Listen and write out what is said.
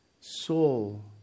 soul